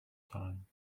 time